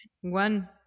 one